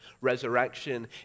resurrection